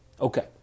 Okay